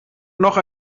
noch